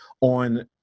on